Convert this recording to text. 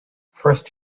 first